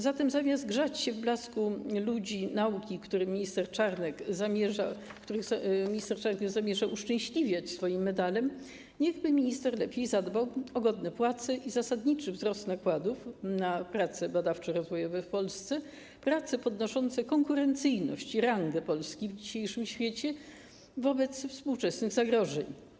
Zatem zamiast grzać się w blasku ludzi nauki, których minister Czarnek nie zamierza uszczęśliwiać swoim medalem, niechby lepiej zadbał o godne płace i zasadniczy wzrost nakładów na prace badawczo-rozwojowe w Polsce, prace podnoszące konkurencyjność i rangę Polski w dzisiejszym świecie wobec współczesnych zagrożeń.